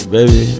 Baby